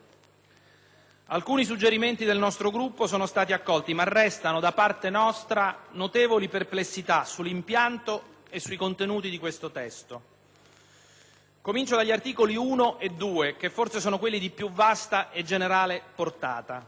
Alcuni suggerimenti del nostro Gruppo sono stati accolti, ma restano da parte nostra notevoli perplessità sull'impianto e sui contenuti di questo testo. Comincio dagli articoli l e 2, forse quelli di più vasta e generale portata.